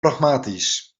pragmatisch